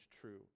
true